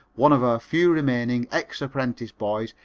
one of our few remaining ex-apprentice boys,